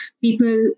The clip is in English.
people